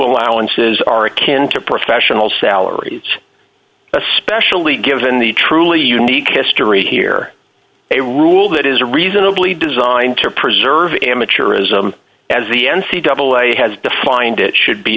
allowances are akin to professional salaries especially given the truly unique history here a rule that is reasonably designed to preserve amateurism as the n c double a has defined it should be